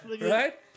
right